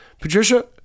Patricia